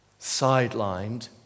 sidelined